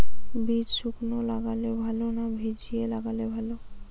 বীজ শুকনো লাগালে ভালো না ভিজিয়ে লাগালে ভালো?